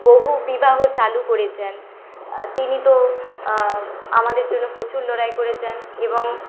বহুবিবাহ চালু করেছেন তিনি তো আমাদের জন্য প্রচুর লড়াই করেছেন এবং